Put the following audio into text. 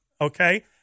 okay